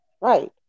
Right